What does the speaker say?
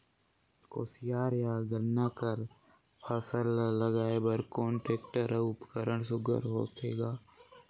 कोशियार या गन्ना कर फसल ल लगाय बर कोन टेक्टर अउ उपकरण सुघ्घर होथे ग?